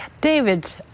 david